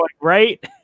right